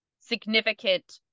significant